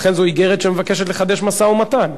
אכן זו איגרת שמבקשת לחדש משא-ומתן.